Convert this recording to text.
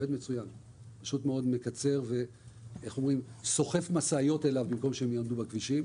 פשוט מאוד מקצר וסוחף אליו משאיות במקום שהם יעמדו בכבישים